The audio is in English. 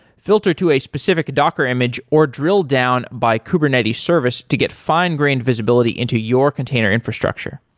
filter to a specific docker image or drill down by kubernetes service to get fine-grained visibility into your container infrastructure.